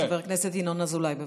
לחבר הכנסת ינון אזולאי.